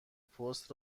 پست